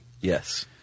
Yes